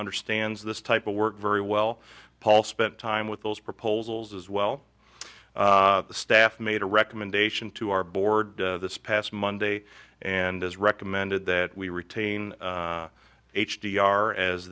understands this type of work very well paul spent time with those proposals as well the staff made a recommendation to our board this past monday and has recommended that we retain h d r as